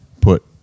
put